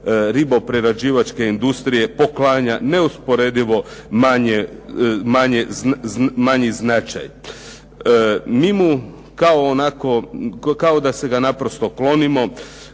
riboprerađivačke industrije poklanja neusporedivo manji značaj. Mi mu kao onako, kao da se ga naprosto klonimo.